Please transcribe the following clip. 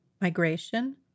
Migration